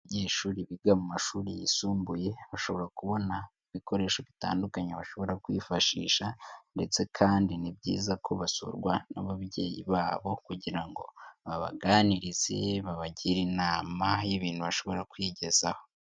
Abanyeshuri biga mu mashuri yisumbuye, bashobora kubona ibikoresho bitandukanye bashobora kwifashisha ndetse kandi ni byiza ko basurwa n'ababyeyi babo kugira ngo babaganirize, babagire inama y'ibintu bashobora kwigezaho.